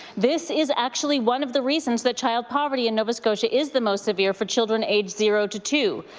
this is actually one of the reasons that child poverty in nova scotia is the most severe for children aged zero to two,